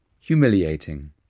humiliating